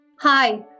hi